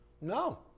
No